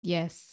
Yes